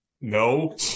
No